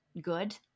good